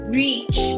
reach